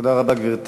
גברתי